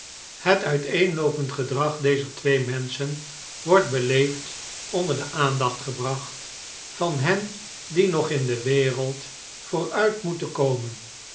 het uiteenloopend gedrag dezer twee menschen wordt beleefd onder de aandacht gebracht van hen die nog in de wereld vooruit moeten komen